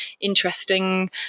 interesting